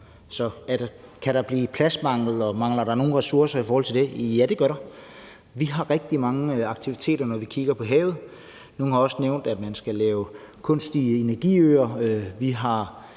kan der blive pladsmangel, og mangler der nogle ressourcer i forhold til det? Ja, det gør der. Vi har rigtig mange aktiviteter, når vi kigger på havet. Nogle har også nævnt, at man skal lave kunstige energiøer.